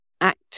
act